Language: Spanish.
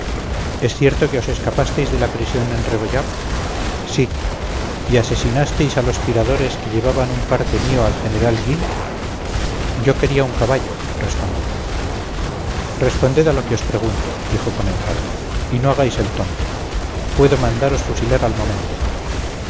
es cierto que os escapasteis de la prisión en rebollar sí y asesinasteis a los tiradores que llevaban un parte mío al general gui yo quería un caballo respondí responded a lo que os pregunto dijo con enfado y no hagáis el tonto puedo mandaros fusilar al momento